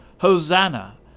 Hosanna